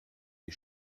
die